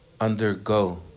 undergo